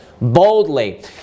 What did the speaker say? boldly